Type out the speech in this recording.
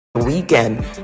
Weekend